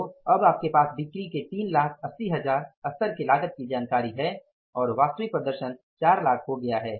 तो अब आपके पास बिक्री की 3 लाख 80 हजार स्तर के लागत की जानकारी है और वास्तविक प्रदर्शन 4 लाख हो गया है